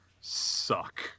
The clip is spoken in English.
suck